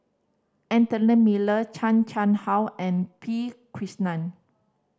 Anthony Miller Chan Chang How and P Krishnan